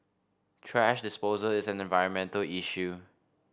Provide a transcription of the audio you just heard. thrash disposal is an environmental issue